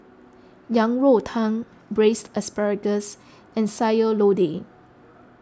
Yang Rou Tang Braised Asparagus and Sayur Lodeh